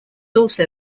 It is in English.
also